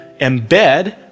embed